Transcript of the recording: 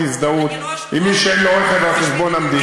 הזדהות עם מי שאין לו רכב על חשבון המדינה.